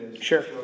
Sure